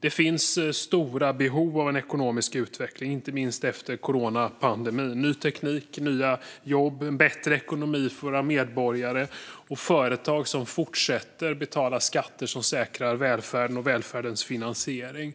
Det finns stora behov av ekonomisk utveckling, inte minst efter coronapandemin - ny teknik, nya jobb, bättre ekonomi för våra medborgare samt företag som fortsätter att betala skatter som säkrar välfärden och välfärdens finansiering.